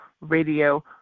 Radio